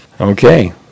Okay